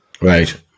Right